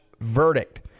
verdict